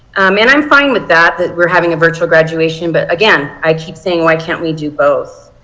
and i'm fine with that. that we are having a virtual graduation but again i keep saying why can't we do both?